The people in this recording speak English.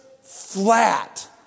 flat